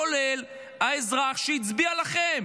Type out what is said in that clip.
כולל האזרח שהצביע לכם.